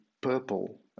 purple